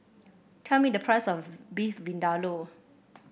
tell me the price of Beef Vindaloo